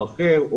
או אחר,